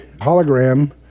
hologram